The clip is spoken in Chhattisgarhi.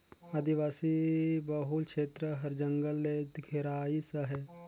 आदिवासी बहुल छेत्र हर जंगल ले घेराइस अहे